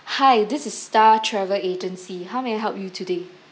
hi this is star travel agency how may I help you today